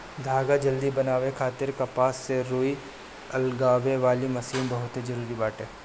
धागा जल्दी बनावे खातिर कपास से रुई अलगावे वाली मशीन बहुते जरूरी बाटे